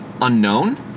unknown